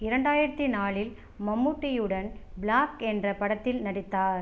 இரண்டாயிரத்தி நாலில் மம்முட்டியுடன் ப்ளாக் என்ற படத்தில் நடித்தார்